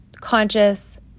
conscious